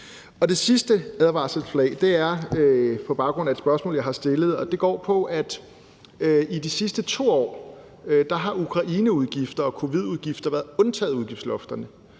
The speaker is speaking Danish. Det sidste advarselsflag hejser jeg på baggrund af et spørgsmål, jeg har stillet. Det går på, at i de sidste 2 år har Ukraineudgifter og covid-19-udgifter været undtaget i udgiftslofterne.